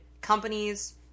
companies